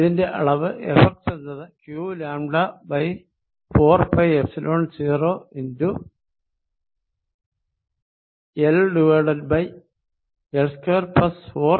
ഇതിന്റെ അളവ് Fx എന്നത് qλ4πϵ0 x LL24x212 ആണ്